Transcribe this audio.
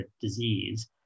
disease